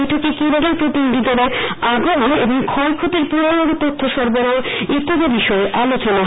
বৈঠকে কেন্দ্রীয় প্রতিনিধি দলের আগমন এবং ফ্য়ফ্ষতির পূর্নাঙ্গ তথ্য সরবরাহ ইত্যাদি বিষয়ে আলোচনা হয়